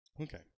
Okay